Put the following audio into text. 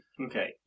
Okay